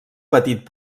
petit